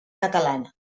catalana